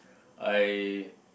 I